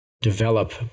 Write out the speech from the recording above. develop